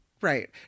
Right